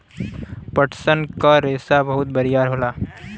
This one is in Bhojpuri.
पटसन क रेसा बहुत बरियार होला